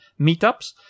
meetups